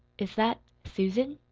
is that susan?